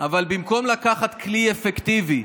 אבל במקום לקחת כלי אפקטיבי,